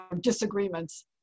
disagreements